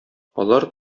алар